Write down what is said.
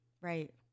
Right